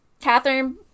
Catherine